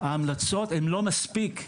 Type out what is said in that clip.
ההמלצות הן לא מספיק,